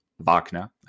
Wagner